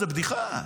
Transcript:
זו בדיחה.